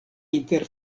inter